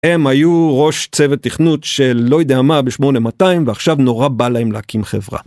הם היו ראש צוות תכנות של לא יודע מה ב-8200 ועכשיו נורא בא להם להקים חברה.